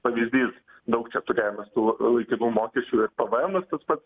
pavyzdys daug čia turėjom mes tų laikinų mokesčių ir pvemas tas pats